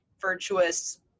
virtuous